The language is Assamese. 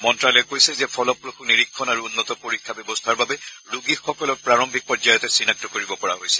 মন্ত্যালয়ে কৈছে যে ফলপ্ৰসূ নিৰীক্ষণ আৰু উন্নত পৰীক্ষা ব্যৱস্থাৰ বাবে ৰোগীসকলক প্ৰাৰম্ভিক পৰ্যায়তে চিনাক্ত কৰিব পৰা গৈছে